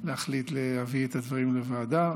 להחליט להביא את הדברים לוועדה,